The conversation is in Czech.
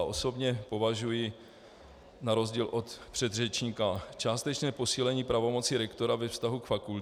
Osobně považuji na rozdíl od předřečníka částečné posílení pravomocí rektora ve vztahu k fakultám.